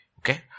Okay